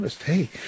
hey